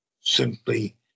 simply